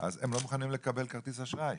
והם לא מוכנים לקבל כרטיס אשראי.